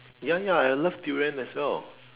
ya ya I love durian as well